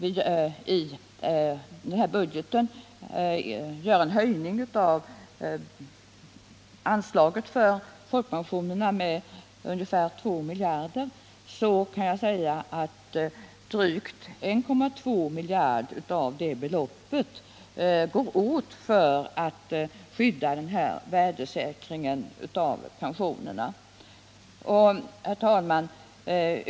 Vi höjer, som jag sade, anslaget för folkpensionerna med ungefär 2 miljarder kronor. Drygt 1,2 miljarder av det beloppet går åt för att värdesäkra pensionerna. Herr talman!